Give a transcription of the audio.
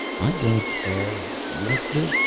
i don't, ah, like the.